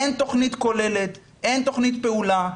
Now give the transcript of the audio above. אין תכנית כוללת, אין תכנית פעולה.